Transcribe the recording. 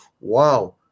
wow